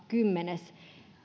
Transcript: kymmenes